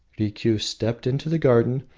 rikiu stepped into the garden,